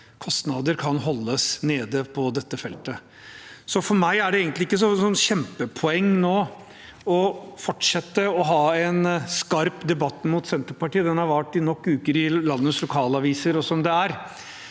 kostnader kan holdes nede på dette feltet. For meg er det egentlig ikke noe kjempepoeng å fortsette å ha en skarp debatt mot Senterpartiet – den har vart i nok uker i landets lokalaviser som det er